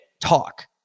talk